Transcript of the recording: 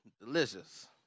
delicious